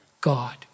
God